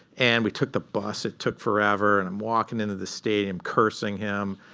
and we took the bus, it took forever. and i'm walking into the stadium, cursing him.